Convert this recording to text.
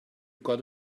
got